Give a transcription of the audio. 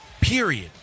Period